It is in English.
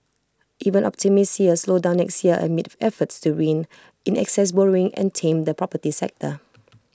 even optimists see A slowdown next year amid efforts to rein in excess borrowing and tame the property sector